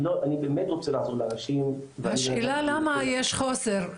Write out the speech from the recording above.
אני באמת רוצה לעזור לאנשים --- השאלה למה יש חוסר,